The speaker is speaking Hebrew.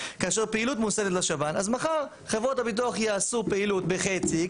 אז מחר חברות הביטוח יעשו פעילות בחצי X,